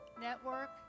Network